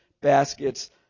baskets